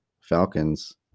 Falcons